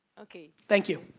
okay. thank you.